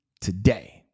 today